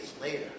later